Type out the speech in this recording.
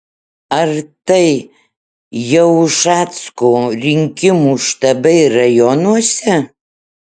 ar tai jau ušacko rinkimų štabai rajonuose